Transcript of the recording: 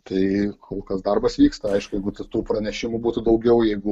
tai kol kas darbas vyksta aišku jeigu ten tų pranešimų būtų daugiau jeigu